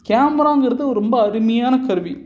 கேமராங்கிறது ரொம்ப அருமையான கருவி